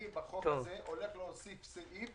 אני בחוק הזה אוסיף סעיף